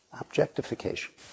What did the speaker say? Objectification